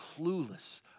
clueless